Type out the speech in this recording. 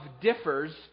differs